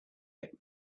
get